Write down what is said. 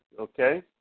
Okay